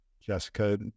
Jessica